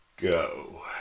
go